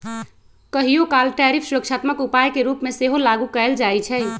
कहियोकाल टैरिफ सुरक्षात्मक उपाय के रूप में सेहो लागू कएल जाइ छइ